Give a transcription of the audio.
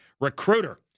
recruiter